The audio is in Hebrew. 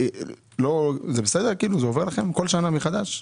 זה עובר לכם כל שנה מחדש?